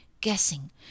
guessing